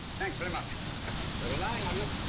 thanks very much. we're relying on you.